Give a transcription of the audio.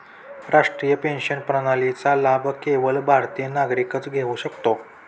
राष्ट्रीय पेन्शन प्रणालीचा लाभ केवळ भारतीय नागरिकच घेऊ शकतो